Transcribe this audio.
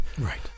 Right